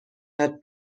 یاد